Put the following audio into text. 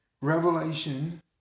Revelation